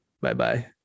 bye-bye